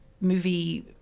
Movie